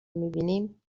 میبینیم